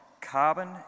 carbon